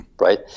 Right